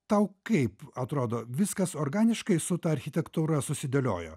tau kaip atrodo viskas organiškai su ta architektūra susidėliojo